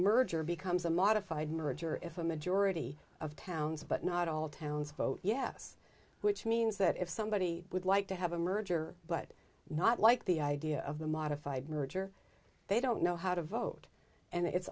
merger becomes a modified merger if a majority of towns but not all towns vote yes which means that if somebody would like to have a merger but not like the idea of the modified merger they don't know how to vote and it